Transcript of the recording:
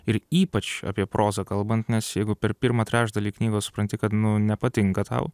ir ypač apie prozą kalbant nes jeigu per pirmą trečdalį knygos supranti kad nu nepatinka tau